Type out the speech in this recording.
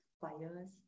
fires